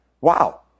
wow